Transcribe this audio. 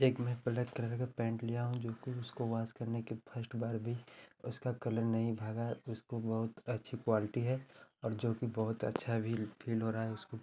एक मैं black colour का पैन्ट लिया हूँ जिसको जिसको वास करने के फस्ट बार भी उसका कलर नहीं भागा उसकी बहुत अच्छी क्वाल्टी है और जोकि बहुत अच्छा भी फील हो रहा है उसको